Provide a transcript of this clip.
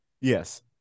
Yes